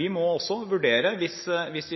vi må vurdere det, hvis